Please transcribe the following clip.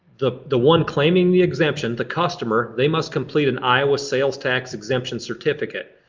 the the one claiming the exemption, the customer, they must complete an iowa sales tax exemption certificate.